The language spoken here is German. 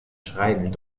schreiben